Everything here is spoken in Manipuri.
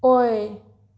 ꯑꯣꯏ